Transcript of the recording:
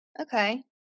Okay